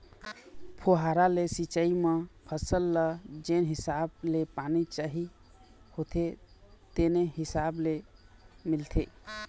फुहारा ले सिंचई म फसल ल जेन हिसाब ले पानी चाही होथे तेने हिसाब ले मिलथे